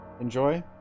enjoy